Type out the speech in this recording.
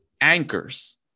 anchors